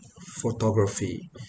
Photography